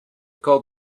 called